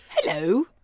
hello